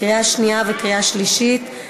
לקריאה שנייה וקריאה שלישית.